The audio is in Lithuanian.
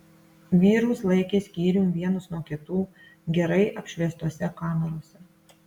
vyrus laikė skyrium vienus nuo kitų gerai apšviestose kamerose